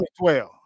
2012